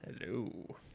hello